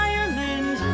Ireland